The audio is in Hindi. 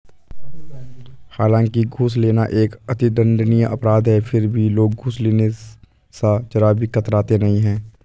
हालांकि घूस लेना एक अति दंडनीय अपराध है फिर भी लोग घूस लेने स जरा भी कतराते नहीं है